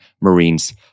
Marine's